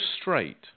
straight